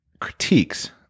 critiques